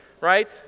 right